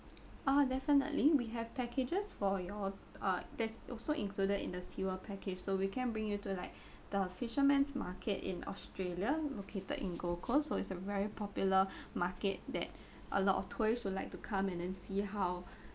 orh definitely we have packages for your uh that's also included in the sea world package so we can bring you to like the fisherman's market in australia located in gold coast so it's a very popular market that a lot of tourist would like to come and then see how